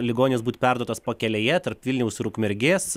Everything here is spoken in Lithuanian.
ligonis būt perduotas pakelėje tarp vilniaus ir ukmergės